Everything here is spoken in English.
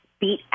beat